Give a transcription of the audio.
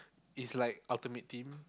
is like ultimate team